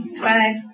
Bye